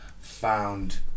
found